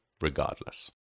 regardless